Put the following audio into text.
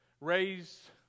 raised